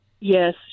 Yes